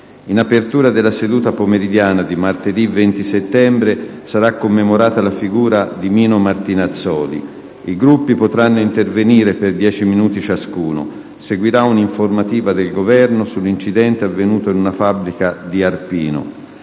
In apertura della seduta pomeridiana di martedì 20 settembre, sarà commemorata la figura di Mino Martinazzoli. I Gruppi potranno intervenire per 10 minuti ciascuno. Seguirà un'informativa del Governo sull'incidente avvenuto in una fabbrica di Arpino.